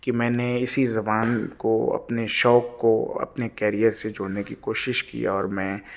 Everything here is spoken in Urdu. کہ میں نے اسی زبان کو اپنے شوق کو اپنے کیریئر سے جوڑنے کی کوشش کیا اور میں